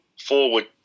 forward